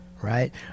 right